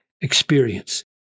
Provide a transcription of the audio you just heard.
experience